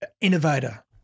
Innovator